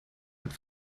hat